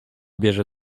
bierze